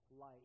light